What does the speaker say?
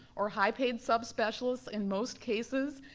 or high-paid subspecialists in most cases.